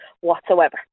whatsoever